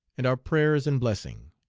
and our prayers and blessing.